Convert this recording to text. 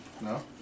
No